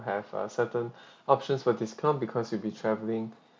have uh certain options for discount because you'll be travelling